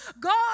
God